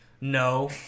No